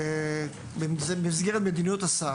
ואם אנחנו, במסגרת מדיניות השר,